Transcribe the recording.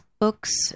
books